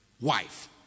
wife